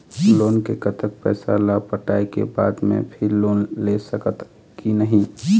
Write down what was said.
Loan के कतक पैसा ला पटाए के बाद मैं फिर लोन ले सकथन कि नहीं?